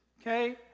Okay